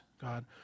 God